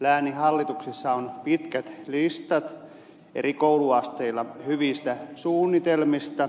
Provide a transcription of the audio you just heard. lääninhallituksissa on pitkät listat eri kouluasteilla hyvistä suunnitelmista